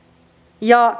ja